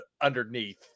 underneath